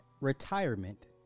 Retirement